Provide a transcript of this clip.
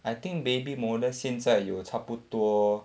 I think baby bonus 现在有差不多